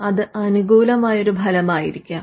ഒന്നുകിൽ അത് അനുകൂലമായ ഒരു ഫലമായിരിക്കാം